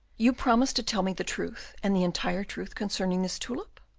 you promise to tell me the truth and the entire truth concerning this tulip?